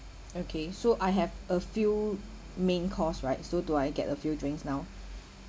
okay so I have a few main course right so do I get a few drinks now